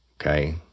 Okay